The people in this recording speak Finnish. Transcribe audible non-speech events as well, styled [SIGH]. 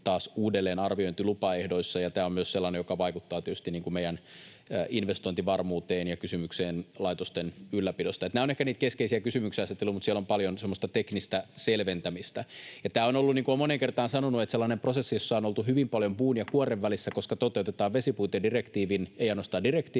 uudelleenarviointi lupaehdoissa, on sellainen asia, joka vaikuttaa tietysti meidän investointivarmuuteen ja kysymykseen laitosten ylläpidosta. Nämä ovat ehkä niitä keskeisiä kysymyksenasetteluja, mutta siellä on paljon semmoista teknistä selventämistä. Tämä on ollut, niin kuin olen moneen kertaan sanonut, sellainen prosessi, jossa on oltu hyvin paljon puun ja kuoren välissä, [NOISE] koska ei toteuteta ainoastaan vesipuitedirektiiviä